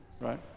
right